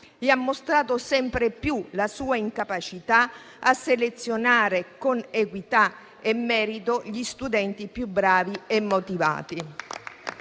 ha mostrato sempre più la sua incapacità a selezionare con equità e merito gli studenti più bravi e motivati.